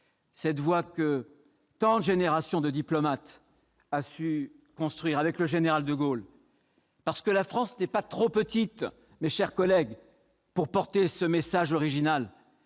cette voix que tant de générations de diplomates ont su construire, avec le général de Gaulle. C'est que la France n'est pas trop petite pour porter ce message original.